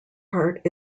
part